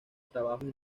trabajos